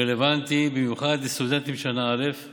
רלוונטי במיוחד לסטודנטים שנה א';